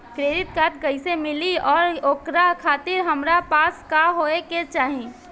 Credit card कैसे मिली और ओकरा खातिर हमरा पास का होए के चाहि?